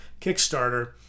Kickstarter